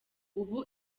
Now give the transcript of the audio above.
ubu